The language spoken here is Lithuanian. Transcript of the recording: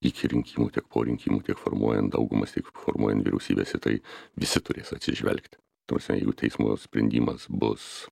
iki rinkimų tiek po rinkimų tiek formuojant daugumas tiek formuojant vyriausybes į tai visi turės atsižvelgt ta prasme jeigu teismo sprendimas bus